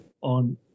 on